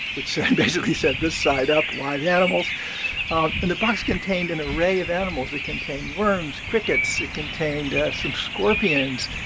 which basically said, this side up. live animals and the box contained an array of animals. it contained worms, crickets. it contained some scorpions.